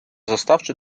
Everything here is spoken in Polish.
zostawszy